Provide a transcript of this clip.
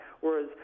whereas